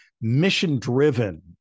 mission-driven